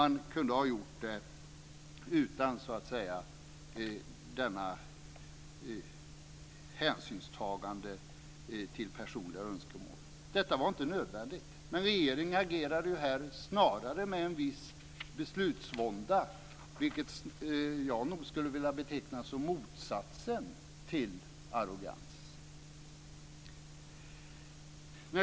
Man kunde ha fattat beslut utan detta hänsynstagande till personliga önskemål. Detta var inte nödvändigt, men regeringen agerade ju här med en viss beslutsvånda. Det skulle jag nog vilja beteckna som motsatsen till arrogans.